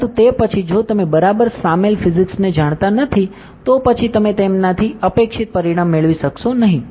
પરંતુ તે પછી જો તમે બરાબર સામેલ ફિઝિક્સને જાણતા નથી તો પછી તમે તેનામાંથી અપેક્ષિત પરિણામ મેળવી શકશો નહીં